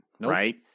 Right